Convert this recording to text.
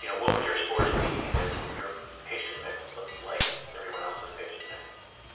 you know what would your scores be if your patient mix looked like everyone else's patient mix?